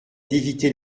d’éviter